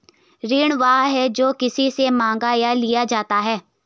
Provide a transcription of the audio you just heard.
ऋण वह है, जो किसी से माँगा या लिया जाता है